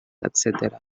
etcètera